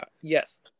yes